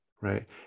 right